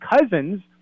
cousins